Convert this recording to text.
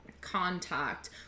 contact